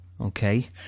okay